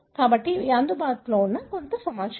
కాబట్టి ఇవి అందుబాటులో ఉన్న కొన్ని సమాచారం